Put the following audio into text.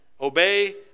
obey